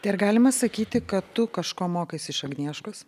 tai ar galima sakyti kad tu kažko mokaisi iš agnieškos